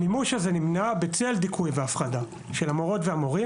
המימוש הזה נמנע בצל דיכוי והפחדה של המורות והמורים,